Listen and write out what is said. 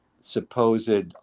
supposed